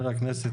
לחבר הכנסת